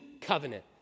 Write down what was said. covenant